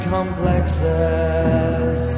Complexes